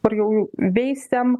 ar jau veisiam